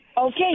Okay